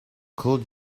cold